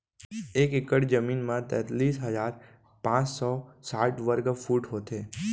एक एकड़ जमीन मा तैतलीस हजार पाँच सौ साठ वर्ग फुट होथे